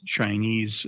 Chinese